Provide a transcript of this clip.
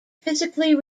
physically